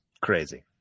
crazy